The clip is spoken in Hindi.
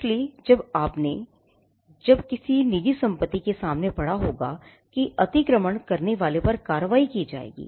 इसलिए जब आपने जब आपने किसी निजी सम्पत्ति के सामने पढ़ा होगा कि अतिक्रमण करने वाले पर कार्रवाई की जाएगी